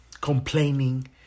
Complaining